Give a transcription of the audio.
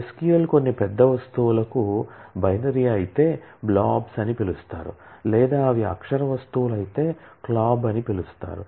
SQL కొన్ని పెద్ద వస్తువులకు బైనరీ అయితే బ్లాబ్స్ అని పిలుస్తారు లేదా అవి అక్షర వస్తువులు అయితే క్లాబ్ అని పిలుస్తారు